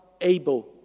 able